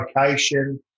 location